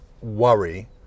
worry